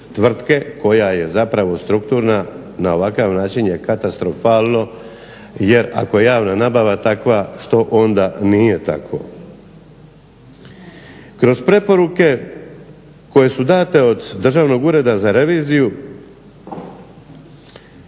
tvrtke koja je zapravo strukturna na ovakav način je katastrofalno jer ako je javna nabava takva što onda nije takvo. Kroz preporuke koje su dane od Državnog ureda za reviziju